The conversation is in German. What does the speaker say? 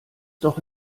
doch